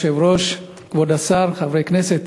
אדוני היושב-ראש, כבוד השר, חברי הכנסת,